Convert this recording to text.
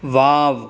wow